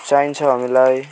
चाहिन्छ हामीलाई